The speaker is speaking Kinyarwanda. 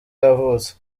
yavutse